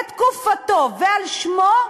מתקופתו, ועל שמו,